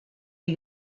die